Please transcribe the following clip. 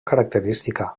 característica